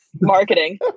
marketing